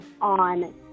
on